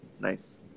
Nice